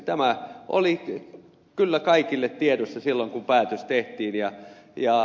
tämä oli kyllä kaikilla tiedossa silloin kun päätös tehtiin